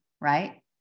right